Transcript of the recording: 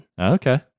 Okay